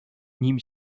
nim